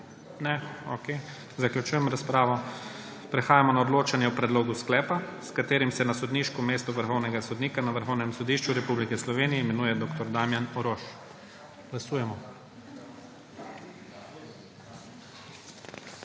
Ne. Zaključujem razpravo. Prehajamo na odločanje o predlogu sklepa, s katerim se na sodniško mesto vrhovnega sodnika na Vrhovnem sodišču Republike Slovenije imenuje dr. Damjan Orož. Glasujemo.